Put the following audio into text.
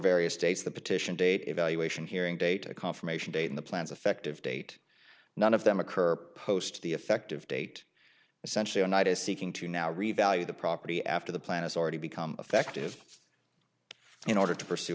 various states the petition date evaluation hearing date a confirmation date in the plans effective date none of them occur post the effective date essentially all night is seeking to now revalue the property after the plan is already become effective in order to pursue